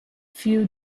few